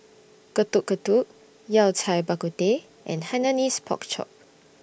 Getuk Getuk Yao Cai Bak Kut Teh and Hainanese Pork Chop